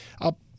up